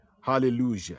hallelujah